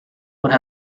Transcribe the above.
would